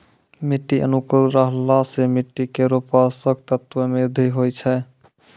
मिट्टी अनुकूल रहला सँ मिट्टी केरो पोसक तत्व म वृद्धि होय छै